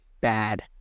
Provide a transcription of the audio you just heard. bad